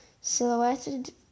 silhouetted